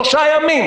שלושה ימים